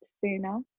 sooner